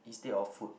instead of food